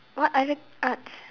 what other arts